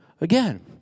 again